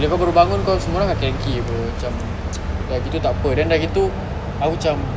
bila kau baru bangun semua orang akan cranky [pe] macam dah gitu takpe then dah gitu aku cam